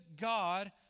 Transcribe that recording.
God